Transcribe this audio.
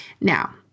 Now